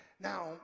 Now